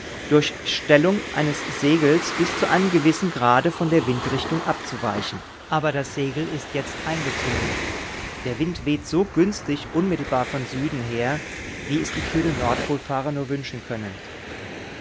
durch stellung eines segels bis zu einem gewissen grade von der windrichtung abzuweichen aber das segel ist jetzt eingezogen der wind weht so günstig unmittelbar von süden her wie es die kühnen nordpolfahrer nur wünschen können